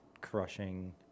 crushing